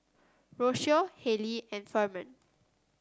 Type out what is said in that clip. Rocio Hailee and Ferman